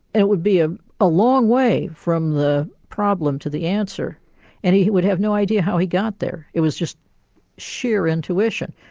and it would be a ah long way from the problem to the answer and he he would have no idea how he got there, it was just sheer intuition.